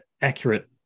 accurate